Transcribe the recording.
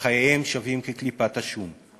וחייהם שווים כקליפת השום.